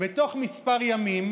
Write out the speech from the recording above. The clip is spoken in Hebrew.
בתוך כמה ימים